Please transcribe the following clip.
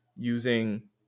using